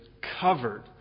covered